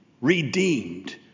redeemed